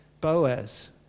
Boaz